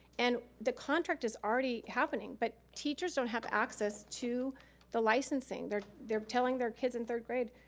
and the contract is already happening, but teachers don't have access to the licensing. they're they're telling their kids in third grade,